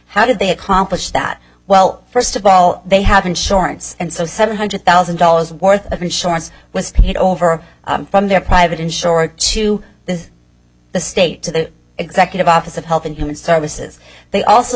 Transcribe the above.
how did they accomplish that well first of all they have insurance and so seven hundred thousand dollars worth of insurance was paid over from their private insurer to the the state to the executive office of health and human services they also